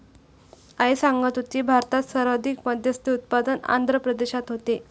आई सांगत होती, भारतात सर्वाधिक मत्स्य उत्पादन आंध्र प्रदेशात होते